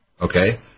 okay